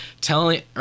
telling